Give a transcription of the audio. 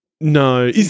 No